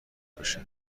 باشه